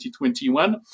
2021